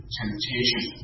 temptation